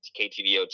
KTVO